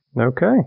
Okay